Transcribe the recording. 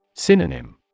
Synonym